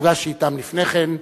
נפגשתי אתם לפני כן,